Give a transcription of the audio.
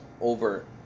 over